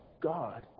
God